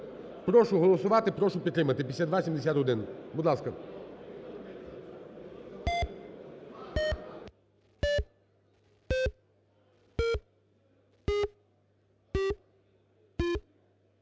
Прошу голосувати, прошу підтримати. 5271, будь ласка.